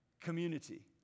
community